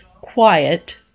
Quiet